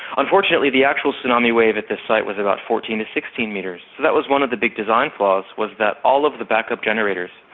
unfortunately the actual tsunami wave at this site was about fourteen or sixteen metres, so that was one of the big design flaws, was that all of the backup generators,